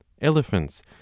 Elephants